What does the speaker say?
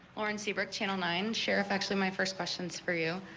lauren seabrook channel nine sheriff, actually my first questions for you.